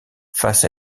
face